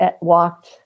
walked